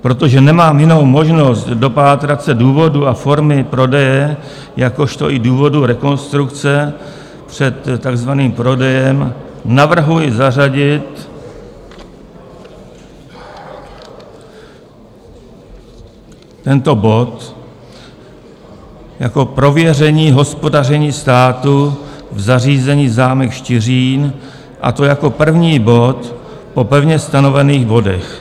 Protože nemám jinou možnost dopátrat se důvodů a formy prodeje, jakožto i důvodu rekonstrukce před tak zvaným prodejem, navrhuji zařadit tento bod jako Prověření hospodaření státu v zařízení zámek Štiřín, a to jako první bod po pevně stanovených bodech.